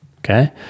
Okay